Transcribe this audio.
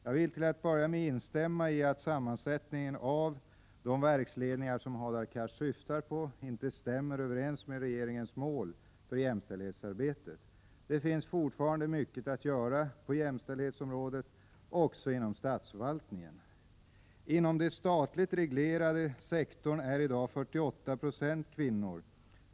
Jag vill till att börja med instämma i att sammansättningen av de verksledningar som Hadar Cars syftar på inte stämmer överens med regeringens mål för jämställdhetsarbetet. Det finns fortfarande mycket att göra på jämställdhetsområdet också inom statsförvaltningen. Inom den statligt reglerade sektorn är i dag 48 96 kvinnor.